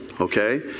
okay